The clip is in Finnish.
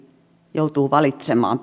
joutuu valitsemaan